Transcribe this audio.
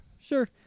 Sure